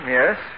yes